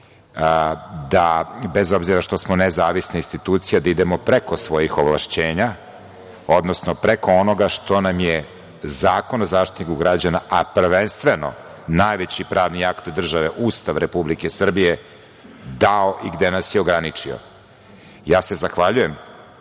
bez obzira što smo nezavisna institucija, da idemo preko svojih ovlašćenja, odnosno preko onoga što nam je Zakon o Zaštitniku građana, a prvenstveno najveći pravnik akt države – Ustav Republike Srbije dao i gde nas je ograničio. Zahvaljujem